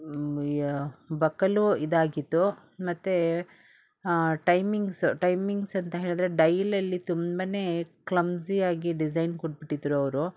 ಯ ಬಕಲ್ಲು ಇದಾಗಿತ್ತು ಮತ್ತು ಟೈಮಿಂಗ್ಸು ಟೈಮಿಂಗ್ಸ್ ಅಂತ ಹೇಳಿದ್ರೆ ಡೈಲಲ್ಲಿ ತುಂಬ ಕ್ಲಂಬ್ಸಿಯಾಗಿ ಡಿಸೈನ್ ಕೊಟ್ಟುಬಿಟ್ಟಿದ್ರು ಅವರು